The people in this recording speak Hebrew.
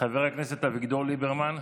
חבר הכנסת אביגדור ליברמן,